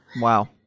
Wow